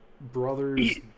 Brothers